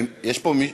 לא, סליחה, אני רוצה.